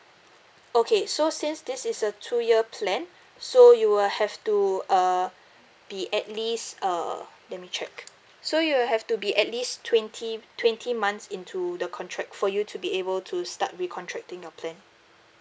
okay so since this is a two year plan so you will have to uh be at least uh let me check so you'll have to be at least twenty twenty months into the contract for you to be able to start re-contracting your plan